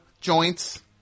joints